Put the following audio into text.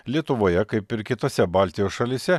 lietuvoje kaip ir kitose baltijos šalyse